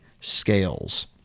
scales